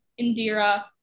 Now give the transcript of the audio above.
Indira